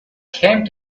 came